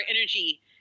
Energy